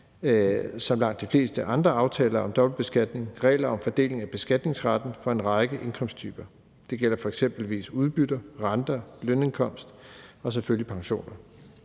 som langt de fleste andre aftaler om dobbeltbeskatning, regler om fordeling af beskatningsretten for en række indkomsttyper. Det gælder for eksempelvis udbytter, renter, lønindkomst og selvfølgelig pensioner.